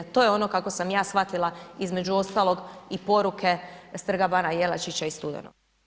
To je ono kako sam ja shvatila između ostalog i poruke s Trga bana Jelačića iz studenog.